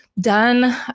done